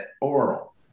oral